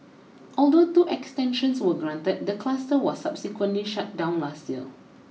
although two extensions were granted the cluster was subsequently shut down last year